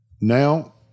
Now